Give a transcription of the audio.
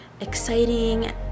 exciting